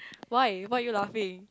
why why are you laughing